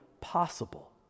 possible